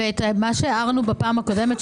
12:40) ואת מה שהערנו בפעם הקודמת,